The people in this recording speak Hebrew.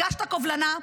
הגשת קובלנה,